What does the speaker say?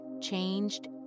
changed